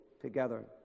together